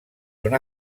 una